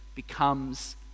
becomes